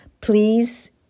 Please